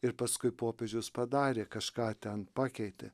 ir paskui popiežius padarė kažką ten pakeitė